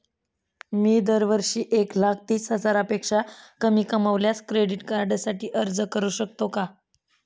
मी दरवर्षी एक लाख तीस हजारापेक्षा कमी कमावल्यास क्रेडिट कार्डसाठी अर्ज करू शकतो का?